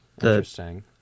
Interesting